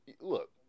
look